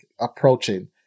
approaching